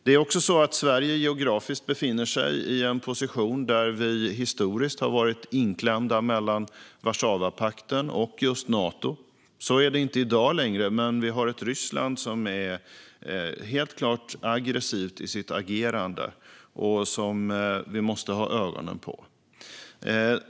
Det är också så att Sverige geografiskt befinner sig i en position där vi historiskt har varit inklämda mellan Warszawapakten och just Nato. Så är det inte längre i dag, men vi har ett Ryssland som helt klart är aggressivt i sitt agerande och som vi måste ha ögonen på.